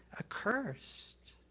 accursed